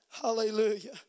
Hallelujah